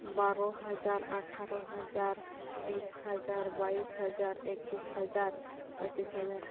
ᱵᱟᱨᱚ ᱦᱟᱡᱟᱨ ᱟᱴᱷᱟᱨᱳ ᱦᱟᱡᱟᱨ ᱵᱤᱥ ᱦᱟᱡᱟᱨ ᱵᱟᱭᱤᱥ ᱦᱟᱡᱟᱨ ᱮᱠᱩᱥ ᱦᱟᱡᱟᱨ ᱯᱚᱸᱭᱛᱨᱤᱥ ᱦᱟᱡᱟᱨ